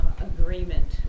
agreement